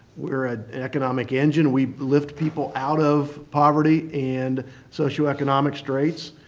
we're an economic engine, we lift people out of poverty and socioeconomic straits,